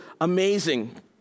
amazing